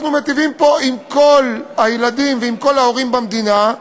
אנחנו מיטיבים פה עם כל הילדים ועם כל ההורים במדינה,